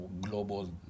global